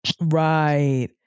right